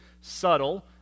subtle